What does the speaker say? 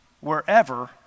wherever